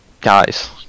Guys